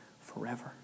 forever